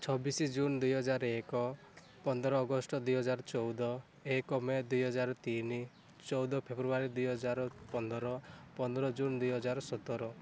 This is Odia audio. ଛବିଶି ଜୁନ୍ ଦୁଇ ହଜାର ଏକ ପନ୍ଦର ଅଗଷ୍ଟ ଦୁଇ ହଜାର ଚଉଦ ଏକ ମେ ଦୁଇ ହଜାର ତିନି ଚଉଦ ଫେବୃୟାରୀ ଦୁଇ ହଜାର ପନ୍ଦର ପନ୍ଦର ଜୁନ୍ ଦୁଇ ହଜାର ସତର